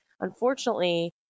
Unfortunately